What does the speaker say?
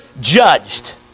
judged